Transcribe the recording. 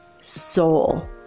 soul